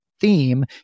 theme